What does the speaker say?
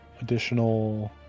Additional